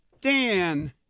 Dan